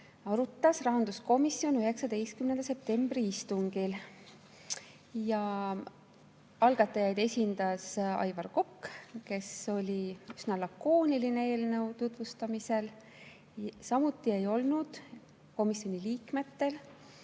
arutas rahanduskomisjon 19. septembri istungil. Algatajaid esindas Aivar Kokk, kes oli üsna lakooniline eelnõu tutvustamisel. Samuti ei olnud komisjoni liikmetel